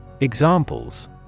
Examples